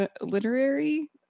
literary